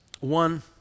One